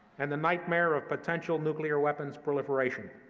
and the nightmare of potential nuclear weapons proliferation.